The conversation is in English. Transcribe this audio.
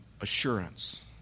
assurance